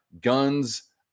guns